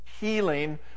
healing